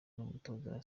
n’umutoza